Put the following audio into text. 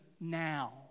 now